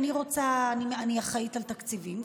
אני אחראית לתקציבים,